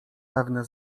pewne